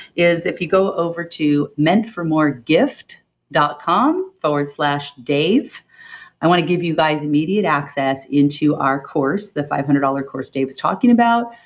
is if you go over to meantformoregift dot com slash dave i want to give you guys immediate access into our course, the five hundred dollars course dave's talking about.